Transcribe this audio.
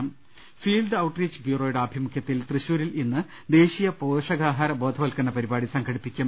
്്്്്്്് field outreach ബ്യൂറോയുടെ ആഭിമുഖ്യത്തിൽ തൃശൂരിൽ ഇന്ന് ദേശീയ പോഷകാഹാര ബോധവൽക്കരണ പരിപാടി സംഘടിപ്പിക്കും